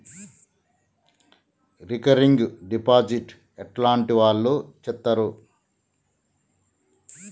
Recurring deposit ఎట్లాంటి వాళ్లు చేత్తరు?